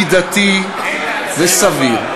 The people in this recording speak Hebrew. מידתי וסביר.